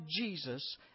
Jesus